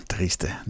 Triste